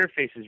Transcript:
interfaces